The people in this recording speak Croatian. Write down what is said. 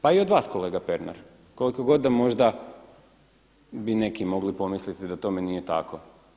Pa i od vas kolega Pernar, koliko god da možda bi neki mogli pomisliti da tome nije tako.